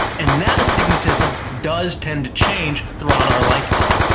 and that astigmatism does tend to change throughout our lifetime.